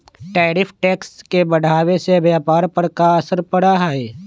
tariff tax के बढ़ावे से व्यापार पर का असर पड़ा हई